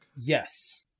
Yes